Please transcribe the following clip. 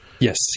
Yes